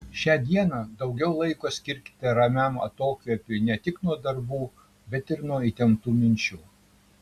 šią dieną daugiau laiko skirkite ramiam atokvėpiui ne tik nuo darbų bet ir nuo įtemptų minčių